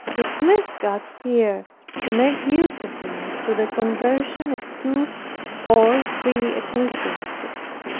it pleased god here to make use of me to the conversion of two or three ecclesiastics.